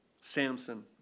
Samson